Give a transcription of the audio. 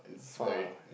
far ah